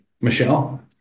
michelle